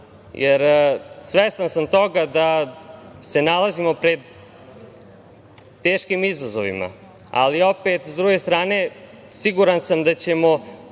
jer svestan sam toga da se nalazimo pred teškim izazovima. Ali, opet s druge strane, siguran sam da ćemo